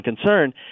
concern